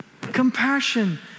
Compassion